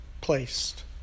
placed